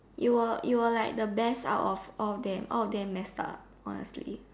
you were you were like the best out of all them all of them messed up honestly